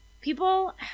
people